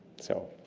so,